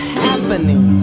happening